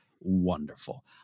wonderful